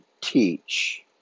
teach